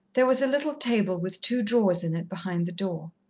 there was a little table with two drawers in it behind the door.